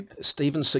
Stephen